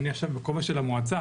אני עכשיו בכובע של המועצה,